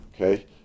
Okay